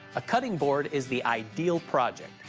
a cutting board is the ideal project,